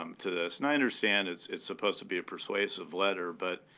um to the snyder standards. it's supposed to be a persuasive letter, but